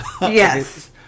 Yes